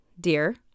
dear